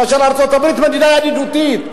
וארצות-הברית היא מדינה ידידותית,